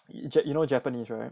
ja~ you know japanese right